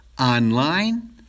Online